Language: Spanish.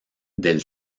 del